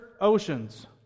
oceans